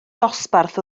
dosbarth